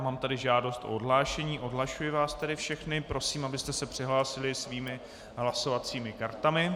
Mám tu žádost o odhlášení, odhlašuji vás tedy všechny, prosím, abyste se přihlásili svými hlasovacími kartami.